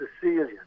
Sicilian